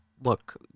look